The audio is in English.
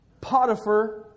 Potiphar